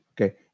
Okay